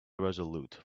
irresolute